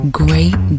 great